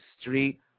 street